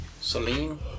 Celine